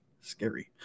Scary